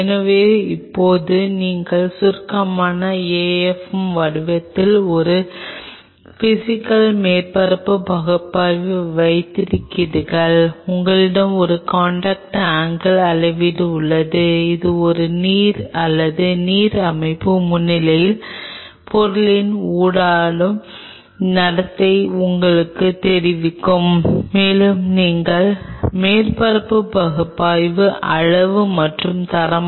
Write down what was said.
எனவே இப்போது நீங்கள் சுருக்கமாக AFM வடிவத்தில் ஒரு பிஸிக்கல் மேற்பரப்பு பகுப்பாய்வு வைத்திருக்கிறீர்கள் உங்களிடம் ஒரு காண்டாக்ட் ஆங்கில் அளவீட்டு உள்ளது இது நீர் அல்லது நீர் அமைப்பு முன்னிலையில் பொருளின் ஊடாடும் நடத்தை உங்களுக்குத் தெரிவிக்கும் மேலும் நீங்கள் மேற்பரப்பு பகுப்பாய்வு அளவு மற்றும் தரமான